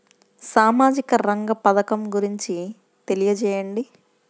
సామాజిక రంగ పథకం గురించి తెలియచేయండి?